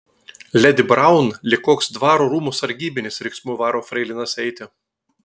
ledi braun lyg koks dvaro rūmų sargybinis riksmu varo freilinas eiti